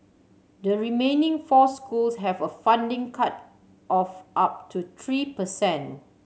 the remaining four school have a funding cut of up to tree per cent